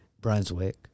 Brunswick